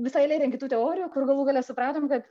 visa eilė ten kitų teorijų kur galų gale supratom kad